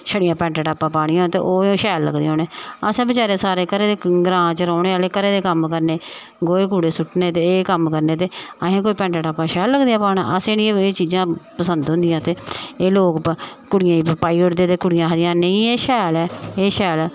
शड़ियां पैंट टॉपां पानियां होन ते ओह् शैल लगदियां उ'नें असें बचैरैं सारे घरै दे ग्रां च रौह्ने आह्ले घरे दे कम्म करने गोहे कूड़े सुट्टने ते एह् कम्म करने ते असें कुत्थें पैंट टॉपां शैल लगदियां पाना असें निं एह् चीजां पसंद होंदियां ते एह् लोग कुड़ियें गी पोआई ओड़दे ते कुड़ियां आखदियां नेईं एह् शैल ऐ एह् शैल ऐ